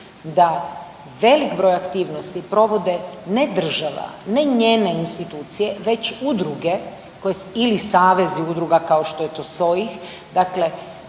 da velik broj aktivnosti provode, ne država, ne njene institucije već udruge koje, ili savezi udruga, kao što je to SOIH,